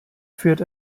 führt